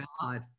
god